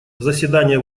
заседание